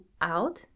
out